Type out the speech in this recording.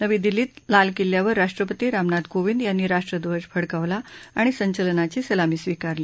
नवी दिल्लीत लाल किल्ल्यावर राष्ट्रपती रामनाथ कोविंद यांनी राष्ट्रध्वज फडकावला आणि संचलनाची सलामी स्वीकारली